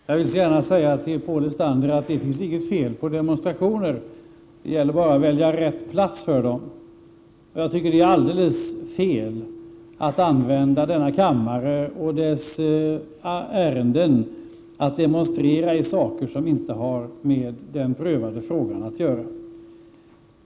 Herr talman! Jag vill gärna säga till Paul Lestander att det inte är något fel med demonstrationer. Det gäller bara att välja rätt plats för dem. Jag tycker att det är alldeles fel att använda denna kammare och de ärenden som här behandlas för att demonstrera i ärenden som inte har med den prövade frågan att göra.